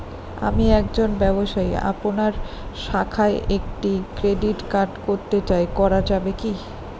আমি একজন ব্যবসায়ী আপনার শাখায় একটি ক্রেডিট কার্ড করতে চাই করা যাবে কি?